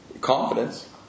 confidence